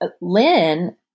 Lynn